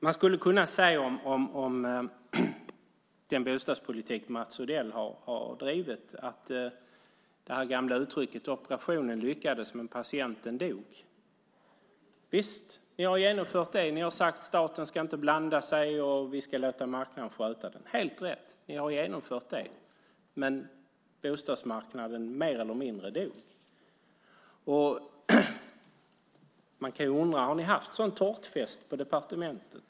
När det gäller den bostadspolitik som Mats Odell har drivit skulle man kunna använda det gamla uttrycket: Operationen lyckades, men patienten dog. Visst, ni har sagt att staten inte ska blanda sig i och att ni ska låta marknaden sköta det. Helt rätt, ni har genomfört det. Men bostadsmarknaden mer eller mindre dog. Man kan undra om ni har haft tårtfest på departementet.